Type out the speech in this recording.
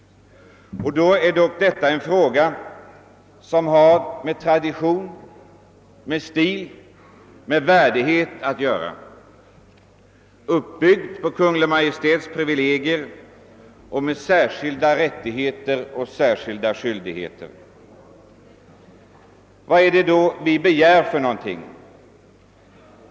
Och då gäller det ändå en fråga som har med tradition, stil och värdighet att göra. Städerna är tillkomna på Kungl. Maj:ts privilegier med särskilda rättigheter och skyldigheter. Vad är det då vi begär?